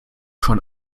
schon